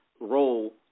role